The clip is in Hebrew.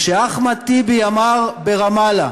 כשאחמד טיבי אמר ברמאללה